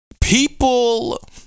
People